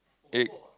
egg